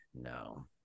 No